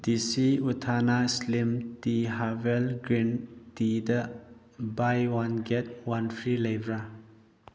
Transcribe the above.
ꯗꯦꯁꯤ ꯎꯠꯊꯥꯅ slim tea herbal green ꯇꯤꯗ buy one get one free ꯂꯩꯕ꯭ꯔꯥ